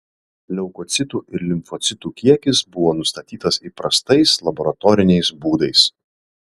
leukocitų ir limfocitų kiekis buvo nustatytas įprastais laboratoriniais būdais